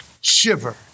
Shiver